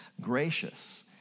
Gracious